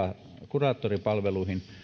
kuraattoripalveluihin